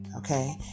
Okay